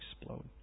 explode